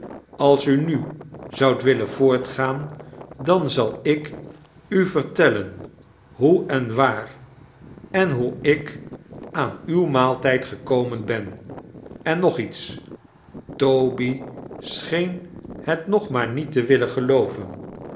als u nu zoudt willen voortgaan dan zal ik u vertellen hoe en waar en hoe ik aan uw maaltijd gekomen ben en nog iets toby seheen het nog maar niet te willen gelooven